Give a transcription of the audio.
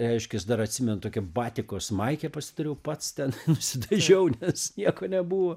reiškias dar atsimenu tokią batikos maikę pasidariau pats ten nusidažiau nes nieko nebuvo